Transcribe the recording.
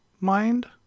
Mind